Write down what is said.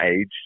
age